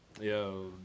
Yo